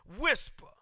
whisper